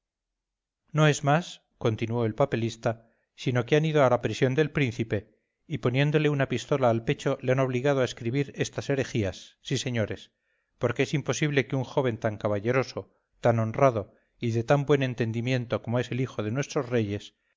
no es más continuó el papelista sino que han ido a la prisión del príncipe y poniéndole una pistola al pecho le han obligado a escribir estas herejías sí señores porque es imposible que un joven tan caballeroso tan honrado y de tan buen entendimiento como es el hijo de nuestros reyes